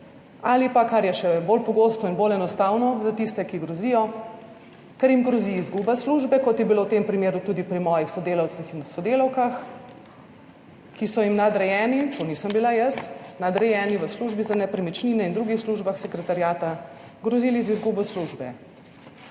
ali pa, kar je še bolj pogosto in bolj enostavno za tiste, ki grozijo, ker jim grozi izguba službe, kot je bilo v tem primeru tudi pri mojih sodelavcih in sodelavkah, ki so jim nadrejeni, to nisem bila jaz, nadrejeni v službi za nepremičnine in drugih službah sekretariata grozili z izgubo službe,